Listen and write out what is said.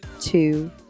two